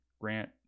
grant